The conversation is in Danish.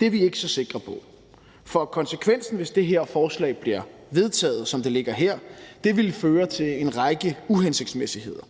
Det er vi ikke så sikre på. For konsekvensen, hvis det her forslag bliver vedtaget, som det ligger her, vil være, at der vil opstå en række uhensigtsmæssigheder.